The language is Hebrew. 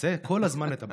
תעשה כל הזמן את הבס.